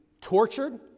tortured